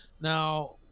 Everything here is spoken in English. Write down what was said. Now